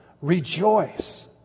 Rejoice